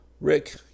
Rick